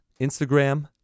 Instagram